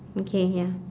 okay ya